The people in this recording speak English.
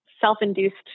self-induced